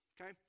okay